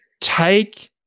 Take